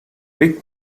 rick